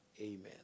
Amen